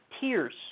tiers